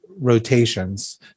rotations